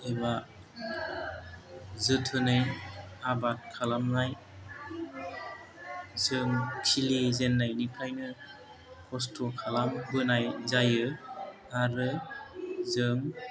एबा जोथोनै आबाद खालामनाय जों खिलिजेननायनिफ्रायनो खस्थ' खालामबोनाय जायो आरो जों